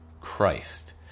Christ